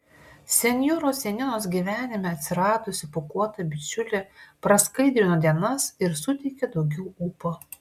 senjoros janinos gyvenime atsiradusi pūkuota bičiulė praskaidrino dienas ir suteikė daugiau ūpo